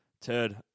Ted